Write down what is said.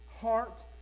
heart